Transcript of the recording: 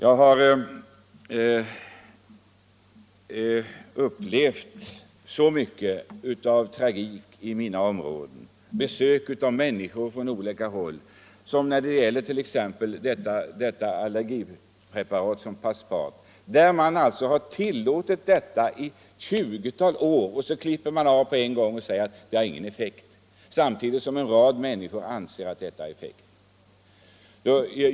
Jag har upplevt så mycket av tragik i mina områden och fått så många besök av människor från olika håll, t.ex. när det gäller allergipreparatet Paspat. Man har tillåtit det preparatet i ett 20-tal år, och sedan klipper man av med en gång och säger att det har ingen effekt. Men ett stort antal människor anser att det har effekt.